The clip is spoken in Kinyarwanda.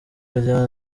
rya